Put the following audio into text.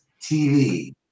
TV